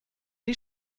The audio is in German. die